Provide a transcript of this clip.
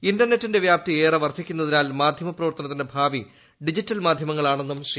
ഇൻർനെറ്റിന്റെ വ്യാപ്തി ഏറെ വർദ്ധിക്കുന്നതിനാൽ മാധ്യമപ്രവർത്തനത്തിന്റെ ഭാവി ഡിജിറ്റൽ മാധ്യമങ്ങളാണെന്നും ശ്രീ